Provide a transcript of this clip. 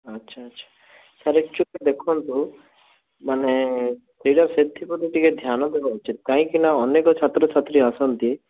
ଆଚ୍ଛା ଆଚ୍ଛା sir actually ଦେଖନ୍ତୁ ମାନେ ସେଇଟାକୁ ସେଥିପ୍ରତି ଟିକେ ଧ୍ୟାନ ଦେବା ଉଚିତ କାହିଁକି ନା ଅନେକ ଛାତ୍ରଛାତ୍ରୀ ଆସନ୍ତି